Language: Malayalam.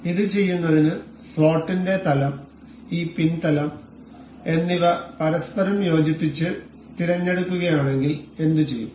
ഇത് ചെയ്യുന്നതിന് സ്ലോട്ടിന്റെ തലം ഈ പിൻ തലം എന്നിവ പരസ്പരം യോജിപ്പിച്ച് തിരഞ്ഞെടുക്കുകയാണെങ്കിൽ എന്തുചെയ്യും